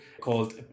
called